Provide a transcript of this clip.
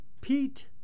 Pete